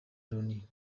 loni